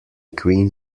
queen